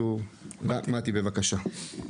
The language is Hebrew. בבקשה.